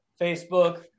Facebook